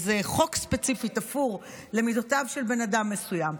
איזה חוק ספציפי תפור למידותיו של בן אדם מסוים,